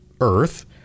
Earth